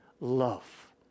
love